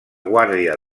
guàrdia